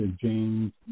James